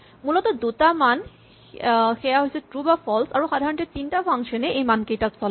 মূলতঃ দুটা মান সেয়া হৈছে ট্ৰো বা ফল্চ আৰু সাধাৰণতে তিনিটা ফাংচন এ এই মানকেইটাক চলায়